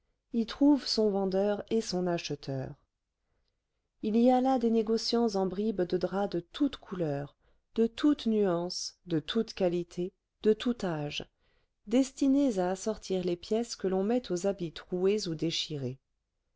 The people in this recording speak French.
y trouve son vendeur et son acheteur il y a là des négociants en bribes de drap de toutes couleurs de toutes nuances de toutes qualités de tout âge destinées à assortir les pièces que l'on met aux habits troués ou déchirés